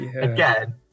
again